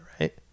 right